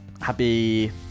happy